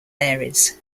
aires